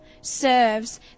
serves